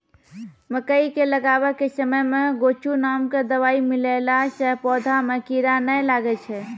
मकई के लगाबै के समय मे गोचु नाम के दवाई मिलैला से पौधा मे कीड़ा नैय लागै छै?